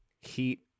heat